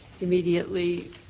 immediately